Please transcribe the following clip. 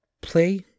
play